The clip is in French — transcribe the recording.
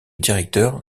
directeur